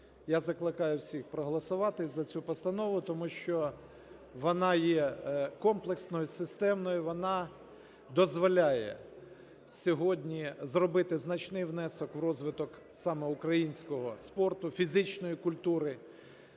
я закликаю всіх проголосувати за цю постанову, тому що вона є комплексною, системною, вона дозволяє сьогодні зробити значний внесок в розвиток саме українського спорту, фізичної культури.